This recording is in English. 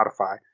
Spotify